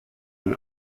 ein